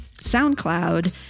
SoundCloud